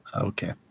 Okay